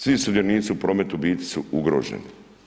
Svi sudionici u prometu u biti su ugroženi.